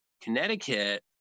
Connecticut